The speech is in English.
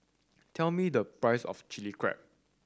tell me the price of Chilli Crab